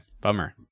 Bummer